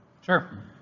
Sure